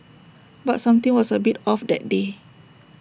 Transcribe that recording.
but something was A bit off that day